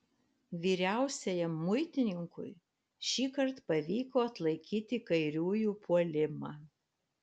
vyriausiajam muitininkui šįkart pavyko atlaikyti kairiųjų puolimą